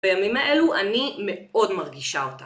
בימים האלו אני מאוד מרגישה אותה.